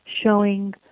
showing